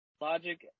Logic